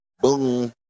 Boom